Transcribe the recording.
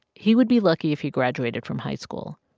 he would be lucky if he graduated from high school.